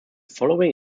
following